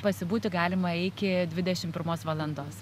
pasibūti galima iki dvidešim pirmos valandos